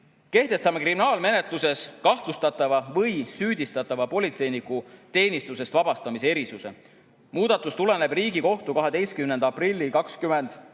Kehtestame kriminaalmenetluses kahtlustatava või süüdistatava politseiniku teenistusest vabastamise erisuse. Muudatus tuleneb Riigikohtu 12. aprilli 2021.